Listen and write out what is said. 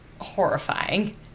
horrifying